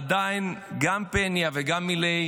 עדיין גם פניה וגם מיליי